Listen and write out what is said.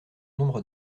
nombre